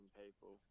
people